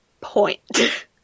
point